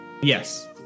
Yes